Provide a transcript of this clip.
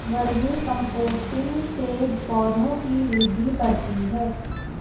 vermi composting से पौधों की वृद्धि बढ़ती है